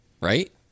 right